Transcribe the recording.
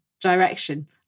direction